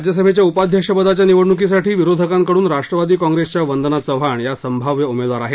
राज्यसभेच्या उपाध्यक्षपदाच्या निवडणुकीसाठी विरोधकांकडुन राष्ट्रवादी काँप्रेसच्या वंदना चव्हाण या संभाव्य उमेदवार आहेत